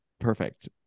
perfect